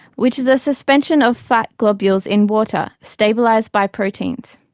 which is a suspension of fat globules in water, stabilised by proteins.